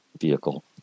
vehicle